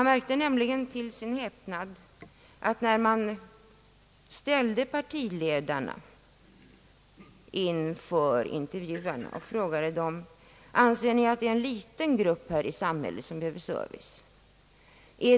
Vid utfrågningen ställdes partiledarna inför frågor om vilka människor de ansåg vara i behov av service: 1. Är det en liten grupp i samhället som behöver service?